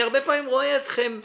הרבה פעמים אני רואה אתכם שאתם: